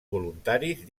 voluntaris